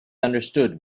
understood